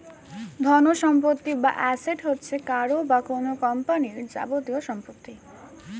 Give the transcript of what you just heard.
ধনসম্পত্তি বা অ্যাসেট হচ্ছে কারও বা কোন কোম্পানির যাবতীয় সম্পত্তি